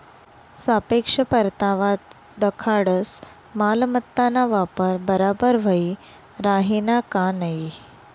सापेक्ष परतावा दखाडस मालमत्ताना वापर बराबर व्हयी राहिना का नयी